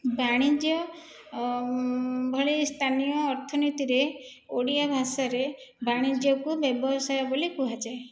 ବାଣିଜ୍ୟ ଭଳି ସ୍ଥାନ ଅର୍ଥନୀତିରେ ଓଡ଼ିଆ ଭାଷାରେ ବାଣିଜ୍ୟକୁ ବ୍ୟବସାୟ ବୋଲି କୁହାଯାଏ